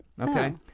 Okay